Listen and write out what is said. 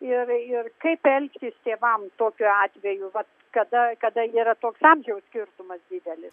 ir ir kaip elgtis tėvam tokiu atveju kada kada yra toks amžiaus skirtumas didelis